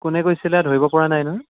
কোনে কৈছিলে ধৰিব পৰা নাই নহয়